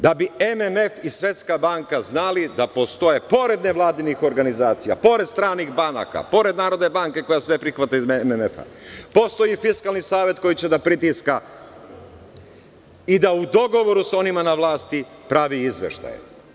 Da bi MMF i Svetska banka znali da postoje, pored nevladinih organizacija, pored stranih banaka, pored Narodne banke koja sve prihvata iz MMF, postoji Fiskalni savet koji će da pritiska i da u dogovoru sa onima na vlasti pravi izveštaje.